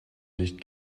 nicht